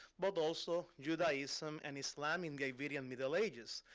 but also judaism and islam in the iberian middle ages.